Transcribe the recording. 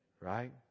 Right